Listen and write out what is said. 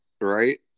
right